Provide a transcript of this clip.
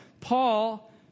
Paul